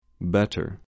better